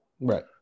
Right